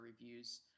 reviews